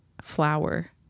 Flower